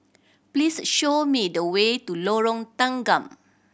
please show me the way to Lorong Tanggam